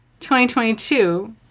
2022